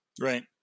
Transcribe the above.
Right